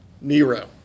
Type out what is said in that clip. Nero